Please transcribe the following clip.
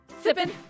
Sipping